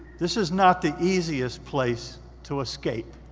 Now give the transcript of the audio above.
this is not the easiest place to escape.